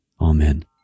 Amen